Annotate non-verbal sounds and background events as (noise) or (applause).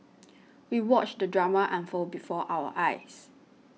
(noise) we watched the drama unfold before our eyes